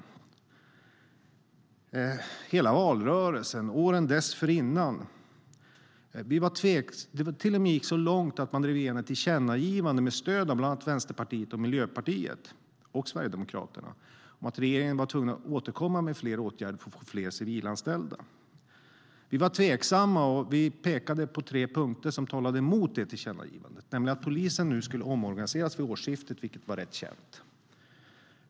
Det gjorde man i hela valrörelsen och även under åren dessförinnan. Det gick till och med så långt att man med stöd av bland annat Vänsterpartiet, Miljöpartiet och Sverigedemokraterna drev igenom ett tillkännagivande om att regeringen var tvungen att återkomma med åtgärder för fler civilanställda. Vi var tveksamma, och vi pekade på tre punkter som talade emot det tillkännagivandet. För det första skulle polisen omorganiseras vid årsskiftet, vilket var rätt känt.